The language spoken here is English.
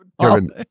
Kevin